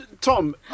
Tom